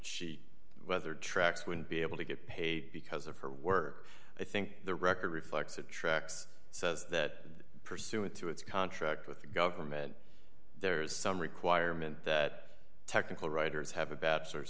she whether tracks wouldn't be able to get paid because of her work i think the record reflects that tracks so that pursue it through its contract with the government there is some requirement that technical writers have a